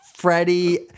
Freddie